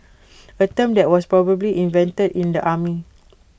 A term that was probably invented in the army